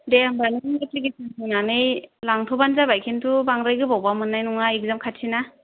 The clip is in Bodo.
दे होमब्ला नों एप्लिकेसन होनानै लांथ'बानो जाबाय खिन्थु बांद्राय गोबावबा मोननाय नङा एक्जाम खाथिना